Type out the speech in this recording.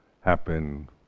happen